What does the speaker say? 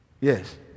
Yes